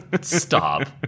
stop